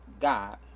God